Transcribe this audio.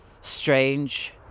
strange